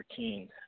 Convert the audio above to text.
14